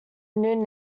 new